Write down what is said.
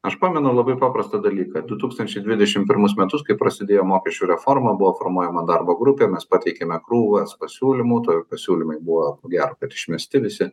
aš pamenu labai paprastą dalyką du tūkstančiai dvidešimt pirmus metus kai prasidėjo mokesčių reforma buvo formuojama darbo grupė mes pateikėme krūvas pasiūlymų tie pasiūlymai buvo ko gero kad išmesti visi